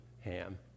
Ham